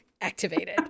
activated